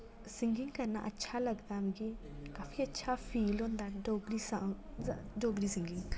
singing करना अच्छा लगदा मिगी काफी अच्छा फील होंदा डोगरी सान्ग डोगरी सिंगिंग